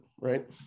right